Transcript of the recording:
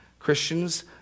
Christians